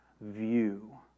view